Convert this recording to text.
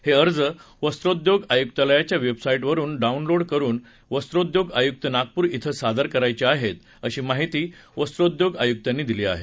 हे अर्ज वस्त्रोद्योग आयुक्तालयाच्या वेबसाईटवरून डाऊनलोड करुन वस्त्रोद्योग आयुक्त नागपूर क्रे सादर करायचे आहेत अशी माहिती वस्त्रोद्योग आयुकांनी दिली आहे